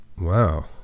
Wow